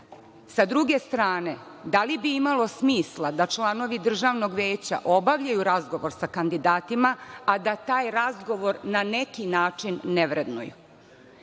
druge strane, da li bi imalo smisla da članovi Državnog veća obavljaju razgovor sa kandidatima, a da taj razgovor na neki način ne vrednuju0